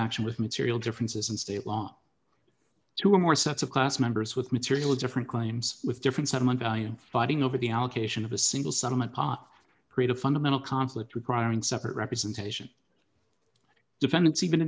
action with material differences in state law two or more sets of class members with material different claims with differences among value fighting over the allocation of a single supplement pot create a fundamental conflict requiring separate representation defendants even